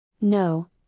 No